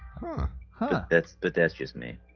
ah but that's the dishes made